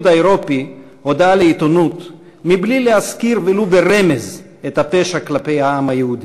האירופי הודעה לעיתונות בלי להזכיר ולו ברמז את הפשע כלפי העם היהודי.